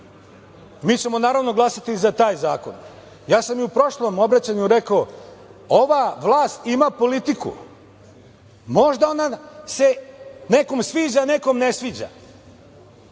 mi ćemo naravno glasati za taj zakon. Ja sam i u prošlom obraćanju rekao – ova vlast ima politiku, možda se ona nekom sviđa, a nekom ne sviđa,